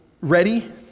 ready